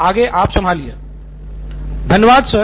सिद्धार्थ मटूरी धन्यवाद सर